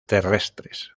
terrestres